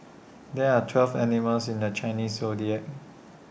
there're twelve animals in the Chinese Zodiac